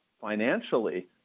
financially